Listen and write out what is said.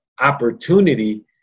opportunity